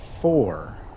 four